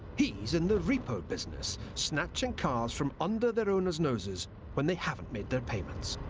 he's in the repo business snatching cars from under their owners' noses when they haven't made their payments.